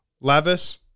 Levis